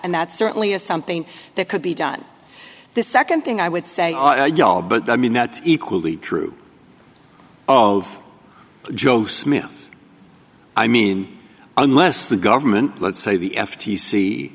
and that certainly is something that could be done the second thing i would say but i mean that equally true of joe smith i mean unless the government let's say the f